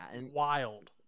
wild